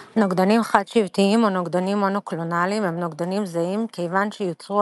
נוגדנים חד-שבטיים או נוגדנים מונוקלונלים הם נוגדנים זהים כיוון שיוצרו